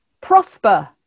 Prosper